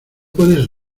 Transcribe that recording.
puedes